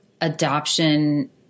adoption –